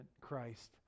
Christ